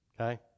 Okay